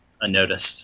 unnoticed